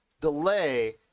delay